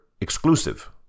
exclusive